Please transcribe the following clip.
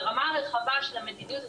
ברמה הרחבה של המדיניות,